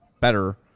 better